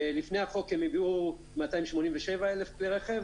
לפני החוק הם הביאו 287,000 כלי רכב,